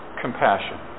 compassion